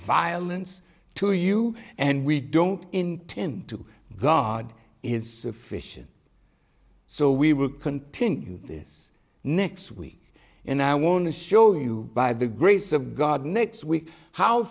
violence to you and we don't intend to god is sufficient so we will continue this next week and i want to show you by the grace of god next week how